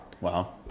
wow